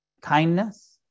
Kindness